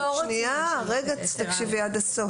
שנייה, תקשיבי עד הסוף.